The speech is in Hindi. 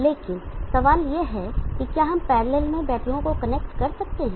लेकिन सवाल यह है कि क्या हम पैरलल में बैटरीयो को कनेक्ट कर सकते हैं